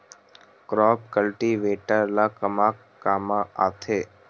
Crop cultivator ला कमा काम आथे?